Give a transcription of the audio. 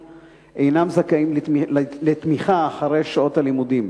אינם זכאים לתמיכה אחרי שעות הלימודים.